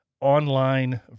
online